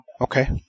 Okay